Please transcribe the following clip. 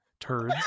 Turds